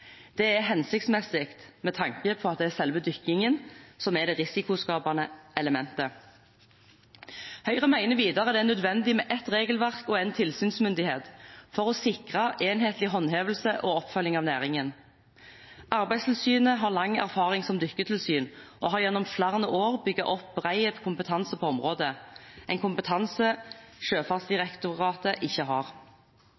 Det er hensiktsmessig med tanke på at det er selve dykkingen som er det risikoskapende elementet. Høyre mener videre det er nødvendig med ett regelverk og én tilsynsmyndighet for å sikre en enhetlig håndhevelse og oppfølging av næringen. Arbeidstilsynet har lang erfaring som dykketilsyn og har gjennom flere år bygget opp bred kompetanse på området, en kompetanse